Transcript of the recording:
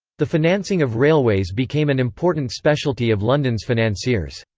the financing of railways became an important specialty of london's financiers.